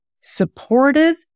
supportive